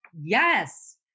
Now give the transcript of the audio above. Yes